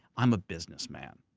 i'm a business man.